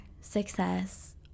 success